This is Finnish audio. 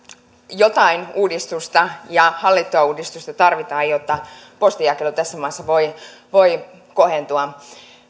jotain uudistusta ja hallittua uudistusta tarvitaan jotta postinjakelu tässä maassa voi voi kohentua